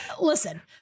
Listen